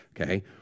Okay